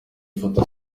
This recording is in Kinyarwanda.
foto